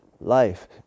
life